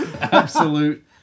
absolute